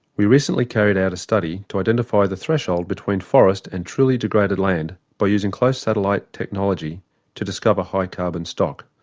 we recently carried out a study to identify the threshold between forest and truly degraded land by using close-satellite technology to discover high carbon stock.